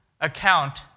account